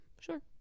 Sure